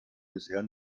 bisher